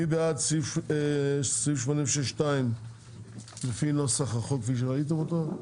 מי בעד סעיף 86 2 לפי נוסח החוק כפי שראיתם אותו?